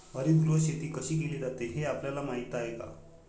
हरितगृह शेती कशी केली जाते हे आपल्याला माहीत आहे का?